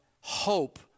hope